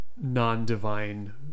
non-divine